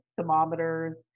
thermometers